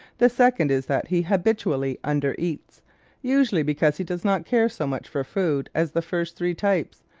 the second is that he habitually under-eats usually because he does not care so much for food as the first three types,